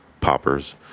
poppers